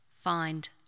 find